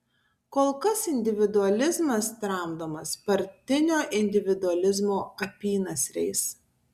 kol kas individualizmas tramdomas partinio individualizmo apynasriais